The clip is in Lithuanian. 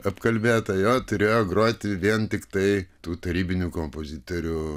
apkalbėta jo turėjo groti vien tiktai tų tarybinių kompozitorių